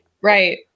Right